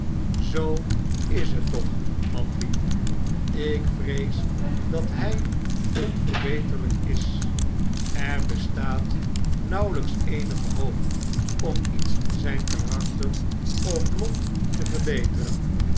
zoo is het toch manlief ik vrees dat hij onverbeterlp is er bestaat nauwelijks eenige hoop om iets in zjjn karakter of lot te verbeteren